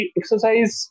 exercise